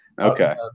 Okay